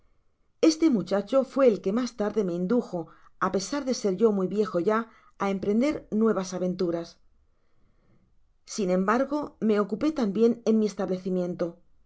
este muchacho fué el que mas tarde me indujo á pesar de ser yo muy viejo ya á emprender nuevas aventur as sin embargo me ocupó tambien en mi establecimien